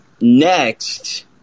Next